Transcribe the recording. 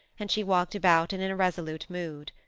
and she walked about in an irresolute mood.